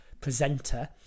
presenter